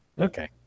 Okay